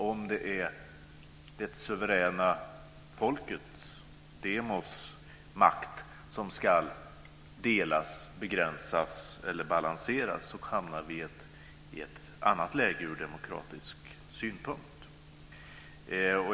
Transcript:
Om det är det suveräna folkets, demos, makt som ska delas, begränsas eller balanseras hamnar vi i ett annat läge från demokratisk synpunkt.